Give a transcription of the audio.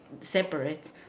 separate